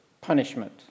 punishment